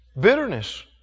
Bitterness